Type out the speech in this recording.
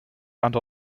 and